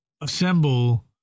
assemble